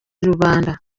rubanda